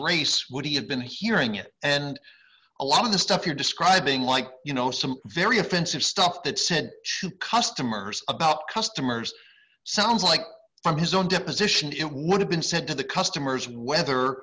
race would he have been hearing it and a lot of the stuff you're describing like you know some very offensive stuff that sent to customers about customers sounds like from his own deposition it would have been said to the customers whether